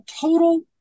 total